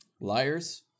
liars